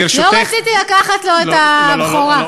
לא רציתי לקחת לו את הבכורה.